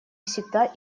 всегда